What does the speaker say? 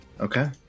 Okay